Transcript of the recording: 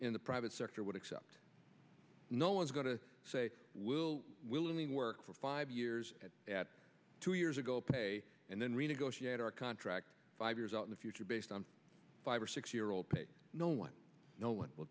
in the private sector would accept no one's going to say will willingly work for five years at two years ago pay and then renegotiate our contract five years out in the future based on five or six year old no one no one will